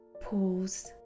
pause